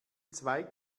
zwei